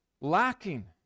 Lacking